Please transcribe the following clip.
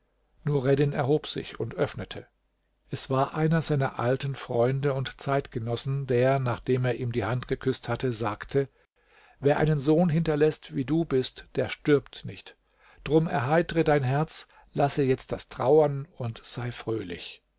nureddin erhob sich und öffnete es war einer seiner alten freunde und zeitgenossen der nachdem er ihm die hand geküßt hatte sagte wer einen sohn hinterläßt wie du bist der stirbt nicht drum erheitere dein herz lasse jetzt das trauern und sei fröhlich